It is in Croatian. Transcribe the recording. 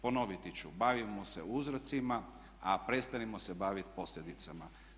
Ponoviti ću, bavimo se uzrocima, a prestanimo se baviti posljedicama.